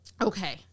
Okay